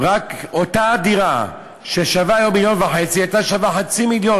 אותה דירה ששווה היום 1.5 מיליון הייתה שווה חצי מיליון?